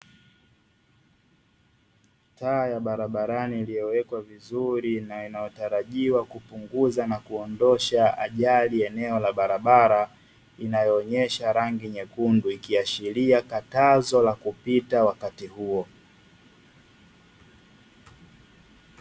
Taa ya barabarani iliyowekwa vizuri na inayotarajiwa kupunguza na kuondosha ajali eneo la barabara, inayoonyesha rangi nyekundu, ikiashilia katazo la kupita wakati huo.